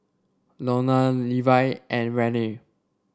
Lorna Levi and Renae